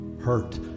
hurt